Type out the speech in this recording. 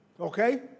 okay